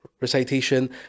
Recitation